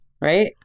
right